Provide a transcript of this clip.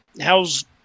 how's